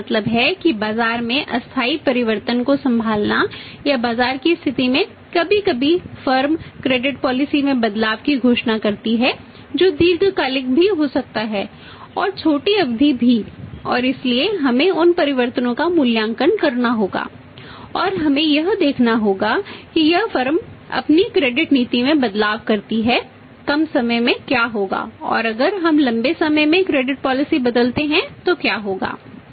तो इसका मतलब है कि बाजार में अस्थायी परिवर्तन को संभालना या बाजार की स्थिति में कभी कभी फर्म बदलते हैं तो क्या होगा